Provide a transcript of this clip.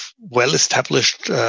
well-established